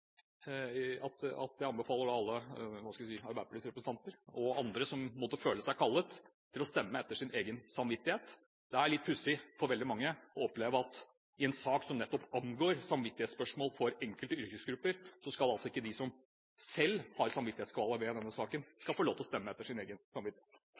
jeg anbefaler alle Arbeiderpartiets representanter og andre som måtte føle seg kallet, til å stemme etter sin egen samvittighet. Det er litt pussig for veldig mange å oppleve at i en sak som nettopp angår samvittighetsspørsmål for enkelte yrkesgrupper, skal ikke de som selv har samvittighetskvaler i denne saken,